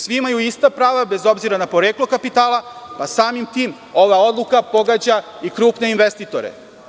Svi imaju ista prava, bez obzira na poreklo kapitala, pa samim tim ova odluka pogađa i krupne investitore.